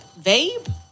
vape